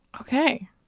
Okay